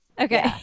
Okay